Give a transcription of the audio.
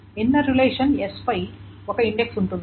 inner relation s పై ఒక index ఉంటుంది